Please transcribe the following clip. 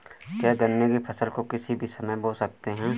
क्या गन्ने की फसल को किसी भी समय बो सकते हैं?